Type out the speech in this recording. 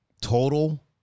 Total